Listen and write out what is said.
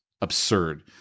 absurd